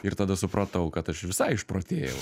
ir tada supratau kad aš visai išprotėjau